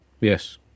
Yes